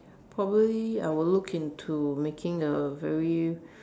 probably I will look into making a very